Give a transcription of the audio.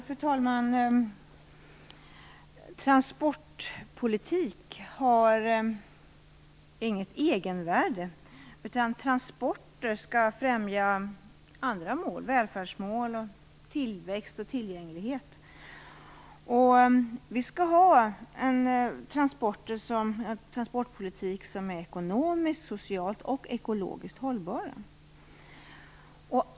Fru talman! Transportpolitik har inget egenvärde, utan transporter skall främja andra mål, som välfärdsmål, tillväxt och tillgänglighet. Vi skall ha en transportpolitik som är ekonomiskt, socialt och ekologiskt hållbar.